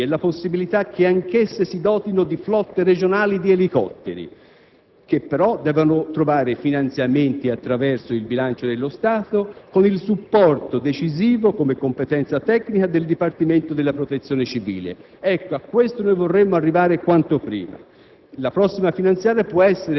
fondamentali contro gli incendi boschivi e prevede la possibilità che anch'esse si dotino di flotte regionali di elicotteri, che, però, devono trovare finanziamenti attraverso il bilancio dello Stato, con il supporto decisivo, come competenza tecnica, del Dipartimento della protezione civile. A questo vorremmo arrivare quanto prima.